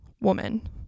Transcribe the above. woman